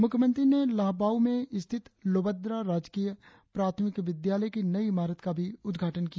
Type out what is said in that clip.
मुख्यमंत्री ने लाहबाउ में स्थित लोबद्रा राजकीय प्राथमिक विद्यालय की नई इमारत का भी उद्घाटन किया